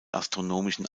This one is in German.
astronomischen